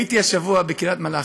הייתי השבוע בקריית-מלאכי.